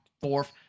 fourth